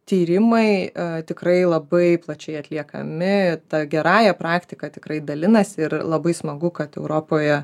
tyrimai tikrai labai plačiai atliekami ta gerąja praktika tikrai dalinasi ir labai smagu kad europoje